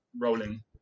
rolling